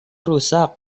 rusak